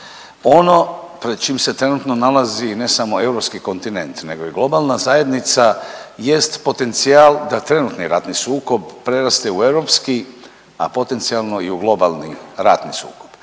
Ono pred čim se nalazi ne samo europski kontinent nego i globalna zajednica jest potencijal da trenutni ratni sukob preraste u europski, a potencijalno i u globalni ratni sukob.